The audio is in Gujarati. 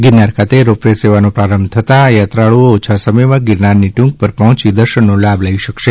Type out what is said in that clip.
ગિરનારખાતે રોપ વે સેવાનો પ્રારંભ થતા યાત્રાળુઓ ઓછા સમયમાં ગિરનારની ટ્રંક પર પહોંચી દર્શનનો લાભ લઇ શકશે